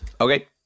okay